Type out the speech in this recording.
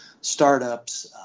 startups